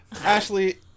Ashley